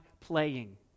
playing